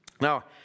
Now